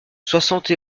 soixante